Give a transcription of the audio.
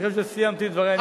אני סיימתי את דברי.